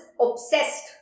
obsessed